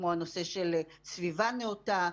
כמו הנושא של סביבה נאותה,